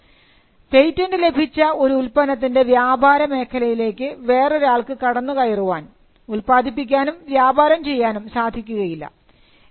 അതായത് അത് പേറ്റൻറ് ലഭിച്ച ഒരു ഉൽപ്പന്നത്തിൻറെ വ്യാപാര മേഖലയിലേക്ക് വേറൊരാൾക്ക് കടന്നുകയറാൻ ഉൽപാദിപ്പിക്കാനും വ്യാപാരം ചെയ്യാനും സാധിക്കുകയില്ല